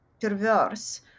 perverse